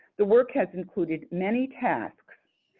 the work has included many tasks,